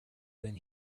than